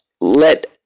let